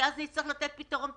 כי אז נצטרך לתת פתרון פרטני".